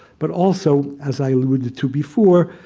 but also, as i alluded to before,